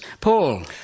Paul